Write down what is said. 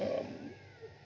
uh